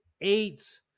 eight